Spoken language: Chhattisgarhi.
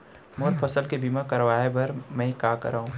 मोर फसल के बीमा करवाये बर में का करंव?